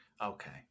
Okay